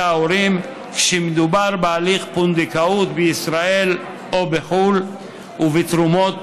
ההורים כשמדובר בהליכי פונדקאות בישראל או בחו"ל ובתרומת